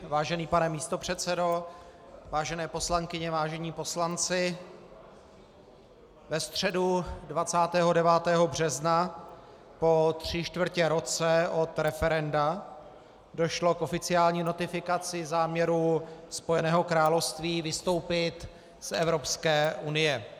Vážený pane místopředsedo, vážené poslankyně, vážení poslanci, ve středu 29. března po tři čtvrtě roce od referenda došlo k oficiální notifikaci záměru Spojeného království vystoupit z Evropské unie.